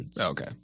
Okay